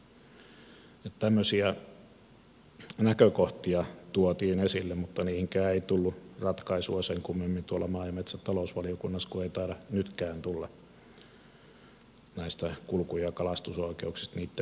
tämmöisiä näkökohtia tuotiin esille mutta niihinkään ei tullut ratkaisua sen kummemmin tuolla maa ja metsätalousvaliokunnassa kuin nytkään näitten kulku ja kalastusoikeuksien muutoksiin